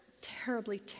terribly